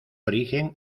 origen